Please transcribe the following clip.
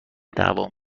دعوام